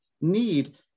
need